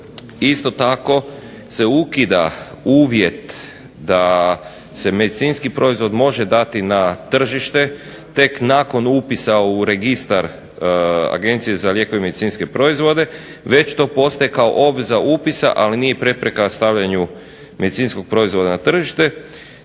Isto tako se ukida uvjet da se medicinski proizvod može dati na tržište tek nakon upisa u registar Agencije za lijekove i medicinske proizvode već to postaje kao obveza upisa, ali nije prepreka stavljanju medicinskog proizvoda na tržište,